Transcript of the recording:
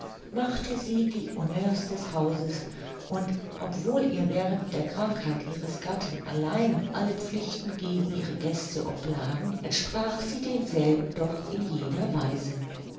machte sie die honneurs des hauses und obwohl ihr während der krankheit ihres gatten allein alle pflichten gegen ihre gäste oblagen entsprach sie denselben doch in jeder weise